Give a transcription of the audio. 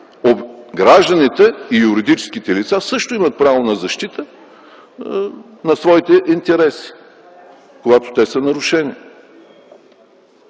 Гражданите и юридическите лица също имат право на защита на своите интереси, когато те са нарушени.